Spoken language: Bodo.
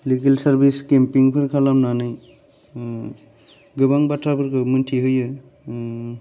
लिगेल सारभिस केम्पिंफोर खालामनानै गोबां बाथ्राफोरखौ मिथिहोयो